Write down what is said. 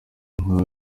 inka